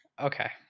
okay